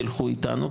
ילכו איתנו,